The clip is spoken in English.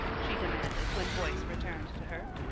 she demanded when voice returned to her.